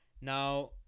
Now